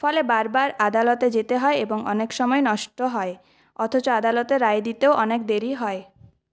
ফলে বারবার আদালতে যেতে হয় এবং অনেক সময় নষ্ট হয় অথচ আদালতের রায় দিতেও অনেক দেরি হয়